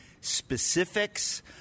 specifics